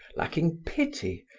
lacking pity,